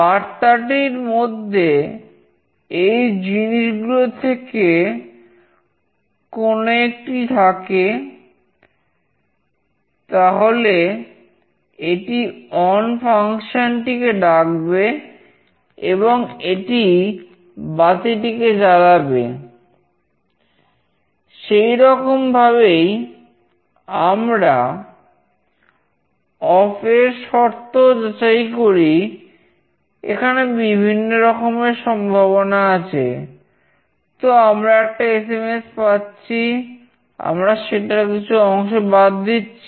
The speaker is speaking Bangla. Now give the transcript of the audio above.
বার্তাটির মধ্যে যদি এই জিনিসগুলো থেকে কোন একটি থাকে তাহলে এটি অন ফাংশন টা পাচ্ছি